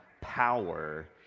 power